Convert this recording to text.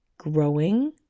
growing